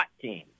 team